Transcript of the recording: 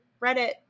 Reddit